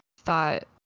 thought